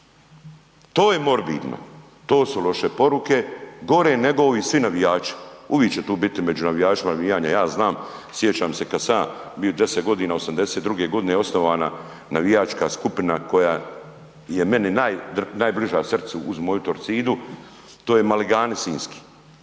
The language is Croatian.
to je morbidno, to su loše poruke, gore nego ovi svi navijači, uvik će tu bit među navijačima navijanja, ja znam, sjećam se kad sam ja bio 10.g., '82.g. je osnovana navijačka skupina koja je meni najbliža srcu uz moju Torcidu, to je maligani sinjski,